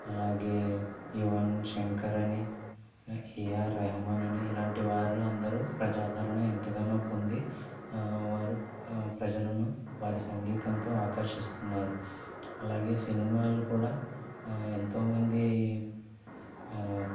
అలాగే యువన్ శంకర్ అని ఏఆర్ రెహమాన్ అని ఇలాంటి వారు అందరూ ప్రజాదరణ ఎంతగానో పొంది వారు ప్రజలను వారి సంగీతంతో ఆకర్షిస్తున్నారు అలాగే సినిమాలు కూడా ఎంతోమంది